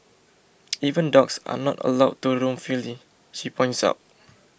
even dogs are not allowed to roam freely she points out